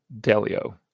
Delio